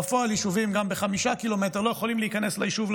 בפועל יישובים גם ב-5 קילומטר לא יכולים להיכנס ליישוב,